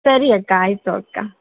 ಸರಿ ಅಕ್ಕ ಆಯಿತು ಅಕ್ಕ